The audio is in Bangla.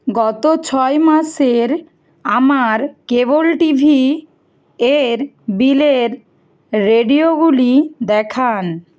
গত ছয় মাসের আমার কেবল টিভি এর বিলের রেডিওগুলি দেখান